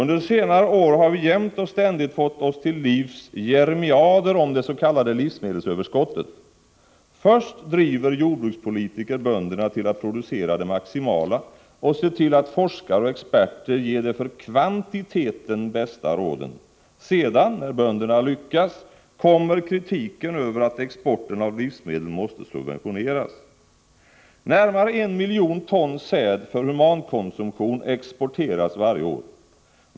Under senare år har vi jämt och ständigt fått oss till livs jeremiader om det s.k. livsmedelsöverskottet. Först driver jordbrukspolitiken bönderna att producera det maximala och forskare och experter till att ge de för kvantiteten bästa råden. Sedan, när bönderna lyckats, kommer kritiken mot att exporten av livsmedel måste subventioneras. Närmare en miljon ton säd för humankonsumtion exporteras varje år.